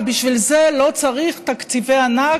ובשביל זה לא צריך תקציבי ענק,